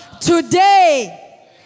Today